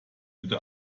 bitte